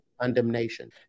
condemnation